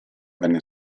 venne